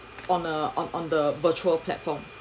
on a on on the virtual platform